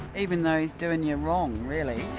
even though he's doing you wrong, really.